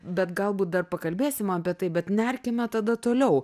bet galbūt dar pakalbėsim apie tai bet nerkime tada toliau